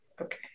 okay